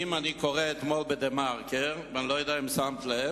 אתמול קראתי ב"דה מרקר" ואני לא יודע אם שמת לב,